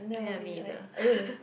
!aiya! me neither